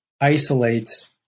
isolates